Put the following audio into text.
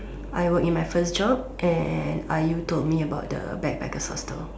I work in my first job and are you told me about the backpackers hostel